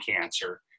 cancer